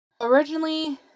Originally